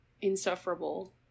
insufferable